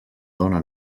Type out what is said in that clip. dona